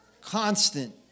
Constant